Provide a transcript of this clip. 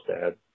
dad